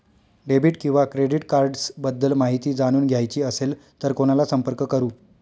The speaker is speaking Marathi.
डेबिट किंवा क्रेडिट कार्ड्स बद्दल माहिती जाणून घ्यायची असेल तर कोणाला संपर्क करु?